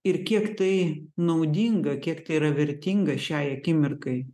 ir kiek tai naudinga kiek tai yra vertinga šiai akimirkai